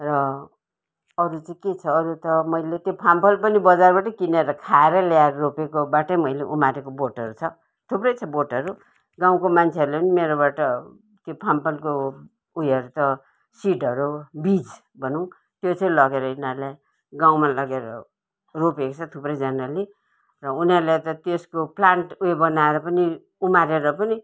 र अरू चाहिँ के छ अरू त मैले त्यो फाम्पल पनि बजारबाटै किनेर खाएरै ल्याएर रोपेकोबाटै मैले उमारेको बोटहरू छ थुप्रै छ बोटहरू गाउँको मान्छेहरूले पनि मेरोबाट त्यो फाम्पलको उयोहरू त सिडहरू बिज भनौँ त्यो चाहिँ लगेर यिनीहरूले गाउँमा लगेर रोपेको छ थुप्रैजनाले र उनारले त त्यसको प्लान्ट उयो बनाएर पनि उमारेर पनि